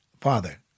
father